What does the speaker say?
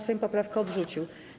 Sejm poprawkę odrzucił.